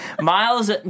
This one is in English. Miles